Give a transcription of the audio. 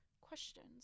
questions